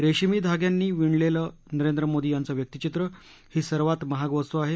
रेशमी धाग्यांनी विणलेलं नरेंद्र मोदी यांचं व्यक्तिचित्र ही सर्वात महाग वस्तू आहे